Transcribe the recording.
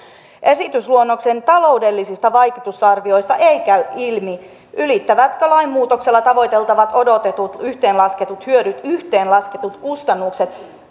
esitysluonnoksen taloudellisista vaikutusarvioista ei käy ilmi ylittävätkö lainmuutoksella tavoiteltavat odotetut yhteenlasketut hyödyt yhteenlasketut kustannukset